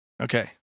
Okay